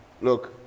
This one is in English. Look